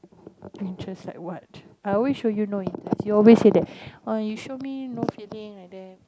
interest like what I wish so you know you always said that uh you show me no feeding like that